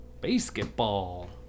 Basketball